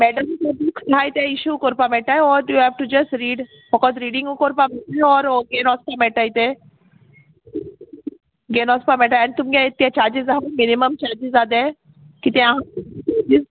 madam ते books नाय ते इशू कोरपा मेटाय or you have to just read फोकोत रिडींगू कोरपा मेळटाय ऑर घेन वोचपा मेळटाय ते घेन वोसपा मेळटाय आनी तुमगे ते चार्जीस आहाय मिनीमम चार्जीस आर देर कितें आहा